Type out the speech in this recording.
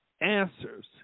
answers